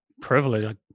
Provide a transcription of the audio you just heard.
privilege